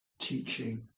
teaching